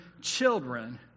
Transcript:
children